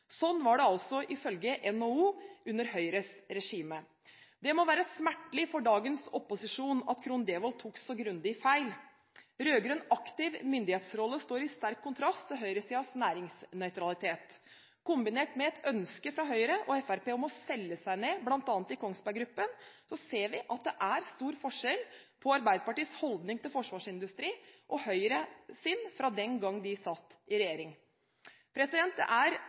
Sånn var det altså ifølge NHO under Høyres regime. Det må være smertelig for dagens opposisjon at Krohn Devold tok så grundig feil. Rød-grønn aktiv myndighetsrolle står i sterk kontrast til høyresidens næringsnøytralitet. Sett i kombinasjon med et ønske fra Høyre og Fremskrittspartiet om å selge seg ned bl.a. i Kongsberg Gruppen forstår vi at det er stor forskjell på Arbeiderpartiets holdning til forsvarsindustrien og Høyres – den gang de satt i regjering. Det er